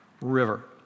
river